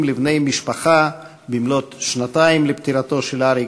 לבני המשפחה במלאות שנתיים לפטירתו של אריק.